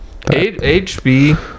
hb